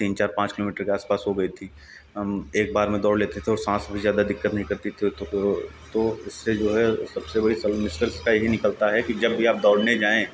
तीन चार पाँच किलोमीटर के आसपास हो गई थी हम एक बार में दौड़ लेते थे और साँस में ज़्यादा दिक्कत नहीं करती थी तो तो इससे जो है सबसे बड़ी निष्कर्ष यही निकलता है कि जब भी आप दौड़ने जाए